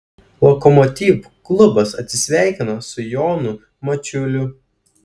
lokomotiv klubas atsisveikino su jonu mačiuliu